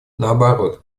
наоборот